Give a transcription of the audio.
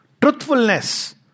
truthfulness